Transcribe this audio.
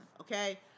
Okay